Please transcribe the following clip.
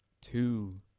two